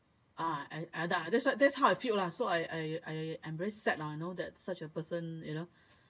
uh I that's that's why that's how I felt lah so I I I I'm very sad lah you know that such a person you know